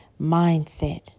mindset